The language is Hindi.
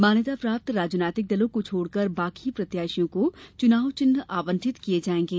मान्यता प्राप्त राजनैतिक दलों को छोड़कर बाकी प्रत्याशियों को चुनाव चिन्ह आवंटित किये जायेंगे